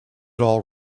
all